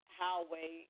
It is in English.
highway